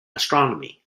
astronomy